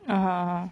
(uh huh)